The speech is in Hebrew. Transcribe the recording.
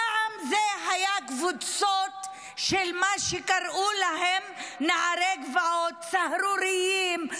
פעם אלה היו קבוצות שקראו להן נערי גבעות סהרוריים,